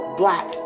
black